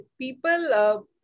people